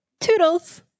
toodles